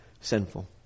sinful